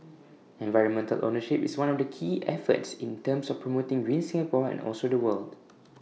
environmental ownership is one of the key efforts in terms of promoting green Singapore and also the world